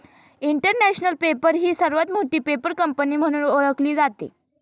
international paper ही सर्वात मोठी पेपर कंपनी म्हणून ओळखली जाते